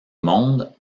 monde